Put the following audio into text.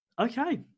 Okay